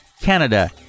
Canada